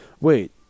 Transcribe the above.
Wait